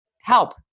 help